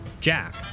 Jack